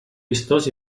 vistós